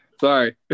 Sorry